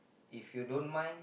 if you don't mind